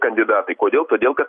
kandidatai kodėl todėl kad